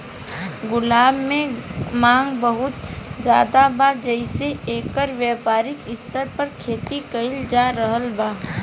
गुलाब के मांग बहुत ज्यादा बा जेइसे एकर व्यापारिक स्तर पर खेती कईल जा रहल बा